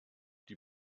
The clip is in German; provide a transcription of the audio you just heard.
die